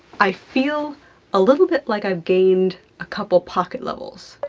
i feel a little bit like i've gained a couple pocket levels,